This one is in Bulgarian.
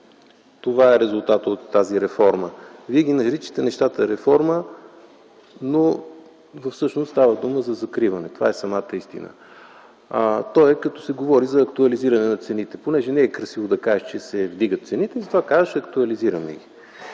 Това е резултатът от тази реформа. Вие наричате нещата „реформа”, но всъщност става дума за закриване. Това е самата истина. То е както се говори за актуализиране на цените – понеже не е красиво да кажеш, че цените се вдигат, затова казваш „актуализираме ги”.